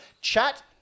chat